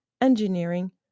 engineering